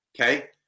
okay